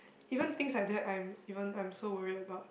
even things like that I'm even I'm so worried about